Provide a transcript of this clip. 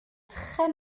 très